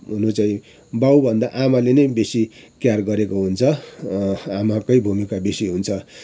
हुन चाहिँ बाउभन्दा आमाले नै बेसी केयर गरेको हुन्छ आमाकै भूमिका बेसी हुन्छ